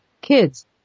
Kids